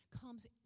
comes